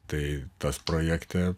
tai tas projekte